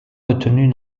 retenue